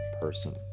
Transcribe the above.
person